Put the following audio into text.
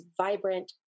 vibrant